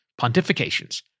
Pontifications